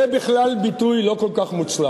זה בכלל ביטוי לא כל כך מוצלח,